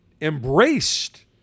embraced